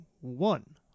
one